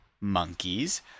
monkeys